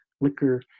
liquor